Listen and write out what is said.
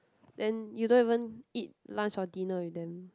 then you don't even eat lunch or dinner with them